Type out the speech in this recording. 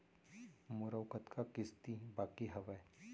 मोर अऊ कतका किसती बाकी हवय?